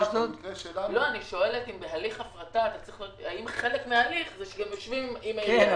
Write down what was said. האם חלק מההליך זה שיושבים עם העירייה?